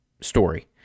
story